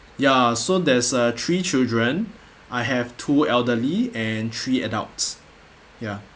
ya so there's a three children I have two elderly and three adults ya